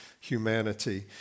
humanity